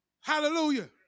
Hallelujah